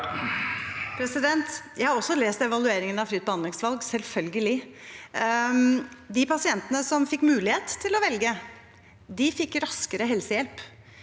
Jeg har også lest evalueringen av fritt behandlingsvalg, selvfølgelig. De pasientene som fikk mulighet til å velge, fikk raskere helsehjelp.